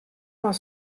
fan